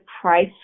price